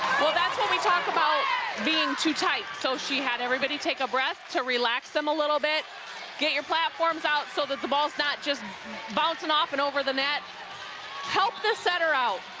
that's what we talk about being too tight so she had everybody take a breath to relax them a little bit get your platforms out so that the ball is not just bouncing off and over the net help the setter out.